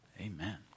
Amen